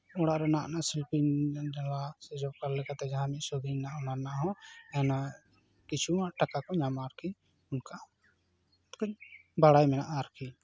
ᱚᱲᱟᱜ ᱨᱮᱱᱟᱜ ᱚᱱᱟ ᱥᱤᱞᱯᱤᱧ ᱮᱢ ᱞᱟᱜᱟᱣᱟ ᱥᱮ ᱡᱚᱵ ᱠᱟᱨᱰ ᱞᱮᱠᱟᱛᱮ ᱡᱟᱦᱟᱸ ᱢᱤᱫ ᱥᱚ ᱫᱤᱱ ᱨᱮᱱᱟᱜ ᱚᱱᱟ ᱨᱮᱱᱟᱜ ᱦᱚᱸ ᱚᱱᱟ ᱠᱤᱪᱷᱩ ᱴᱟᱠᱟ ᱠᱚ ᱧᱟᱢᱟ ᱟᱨᱠᱤ ᱚᱱᱠᱟ ᱵᱟᱲᱟᱭ ᱢᱮᱱᱟᱜᱼᱟ ᱟᱨᱠᱤ